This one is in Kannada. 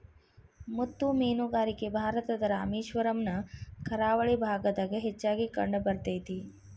ಮುತ್ತು ಮೇನುಗಾರಿಕೆ ಭಾರತದ ರಾಮೇಶ್ವರಮ್ ನ ಕರಾವಳಿ ಭಾಗದಾಗ ಹೆಚ್ಚಾಗಿ ಕಂಡಬರ್ತೇತಿ